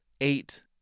eight